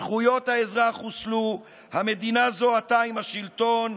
זכויות האזרח חוסלו, המדינה זוהתה עם השלטון,